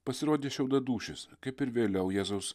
pasirodė šiaudadūšis kaip ir vėliau jėzaus